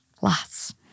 Lots